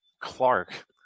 Clark